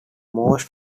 most